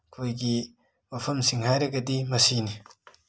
ꯑꯩꯈꯣꯏꯒꯤ ꯃꯐꯝꯁꯤꯡ ꯍꯥꯏꯔꯒꯗꯤ ꯃꯁꯤꯅꯤ